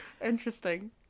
interesting